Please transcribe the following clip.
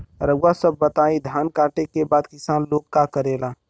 रउआ सभ बताई धान कांटेके बाद किसान लोग का करेला?